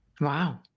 Wow